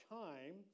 time